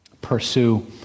pursue